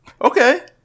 Okay